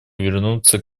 вернуться